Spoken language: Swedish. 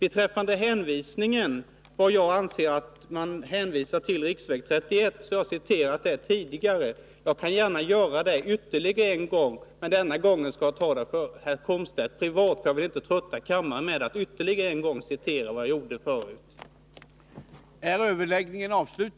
Jag citerade tidigare vad vi i vår motion skriver om riksväg 31, och jag kan göra det ytterligare en gång. Men den här gången gör jag det för herr Komstedt privat, för jag vill inte trötta kammarens övriga ledamöter med det.